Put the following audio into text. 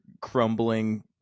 crumbling